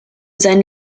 sein